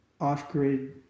off-grid